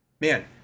man